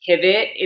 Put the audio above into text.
pivot